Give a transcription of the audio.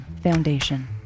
Foundation